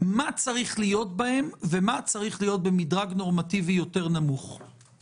מה צריך להיות בהם ומה צריך להיות במדרג נורמטיבי נמוך יותר.